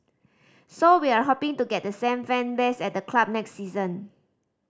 so we're hoping to get the same fan base at the club next season